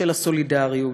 של הסולידריות,